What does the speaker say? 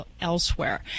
elsewhere